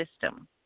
system